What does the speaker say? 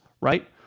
right